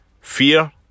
Fear